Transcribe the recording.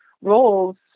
roles